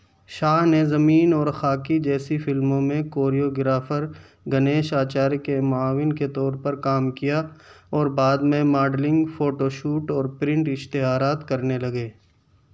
شاہ نے زمین اور خاکی جیسی فلموں میں کوریو گرافر گنیش آچار کے معاون کے طور پر کام کیا اور بعد میں ماڈلنگ فوٹو شوٹ اور پرنٹ اشتہارات کرنے لگے